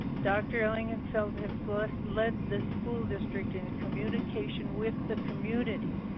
dr. langenfeld has led led the school district in communication with the community,